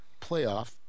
Playoff